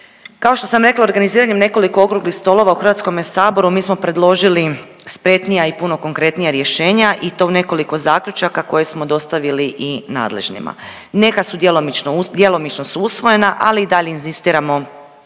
Kao što sam rekla, organiziranjem nekoliko okruglih stolova u HS-u mi smo predložili spretnija i puno konkurentnija rješenja i to u nekoliko zaključaka koje smo dostavili i nadležnima. Neka su djelomično, djelomično su usvojena, ali i dalje inzistiramo